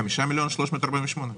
5,348 מיליון.